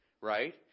right